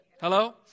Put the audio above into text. Hello